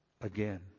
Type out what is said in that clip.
again